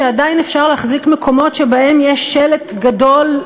שעדיין אפשר להחזיק מקומות שבהם יש שלט גדול,